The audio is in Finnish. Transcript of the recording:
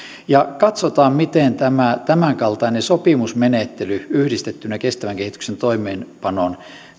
katsotaan miten tämänkaltainen sopimusmenettely yhdistettynä kestävän kehityksen toimeenpanoon